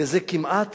וזה כמעט